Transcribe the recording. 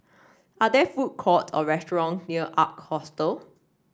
are there food courts or restaurant near Ark Hostel